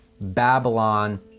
Babylon